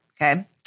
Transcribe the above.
okay